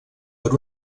per